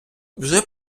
вже